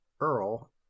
earl